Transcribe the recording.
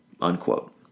unquote